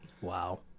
Wow